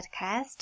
podcast